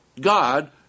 God